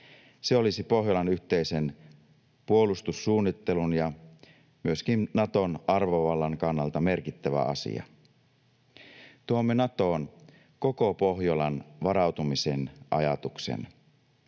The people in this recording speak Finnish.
se olisi Pohjolan yhteisen puolustussuunnittelun ja myöskin Naton arvovallan kannalta merkittävä asia. Tuomme Natoon koko Pohjolan varautumisen ajatuksen.